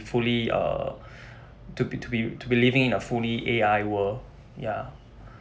fully uh to be two be living in a fully A_I world ya